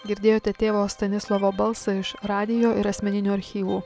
girdėjote tėvo stanislovo balsą iš radijo ir asmeninių archyvų